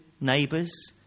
neighbours